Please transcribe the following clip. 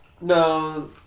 No